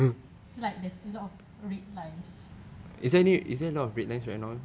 so like there's a lot of red lines